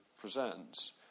presents